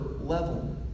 level